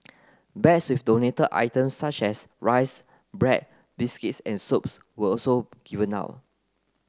bags with donated items such as rice bread biscuits and soaps were also given out